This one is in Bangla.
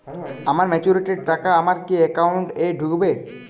আমার ম্যাচুরিটির টাকা আমার কি অ্যাকাউন্ট এই ঢুকবে?